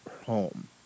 home